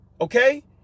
Okay